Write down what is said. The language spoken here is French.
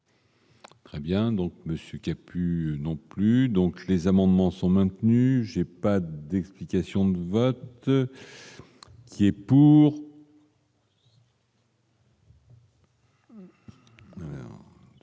Très bien, donc monsieur qui est plus non plus, donc les amendements sont maintenues, j'ai. Pas d'explication de vote. Qui est pour.